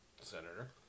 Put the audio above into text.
senator